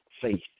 faith